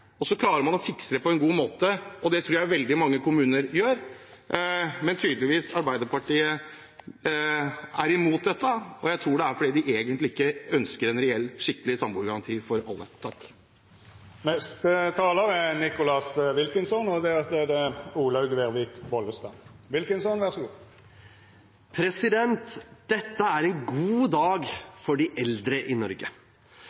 fikse på en god måte, og det tror jeg veldig mange kommuner gjør. Men Arbeiderpartiet er tydeligvis imot dette. Jeg tror det er fordi de egentlig ikke ønsker en reell og skikkelig samboergaranti for alle. Dette er en god dag for de eldre i Norge. Kjærlighet er noe av det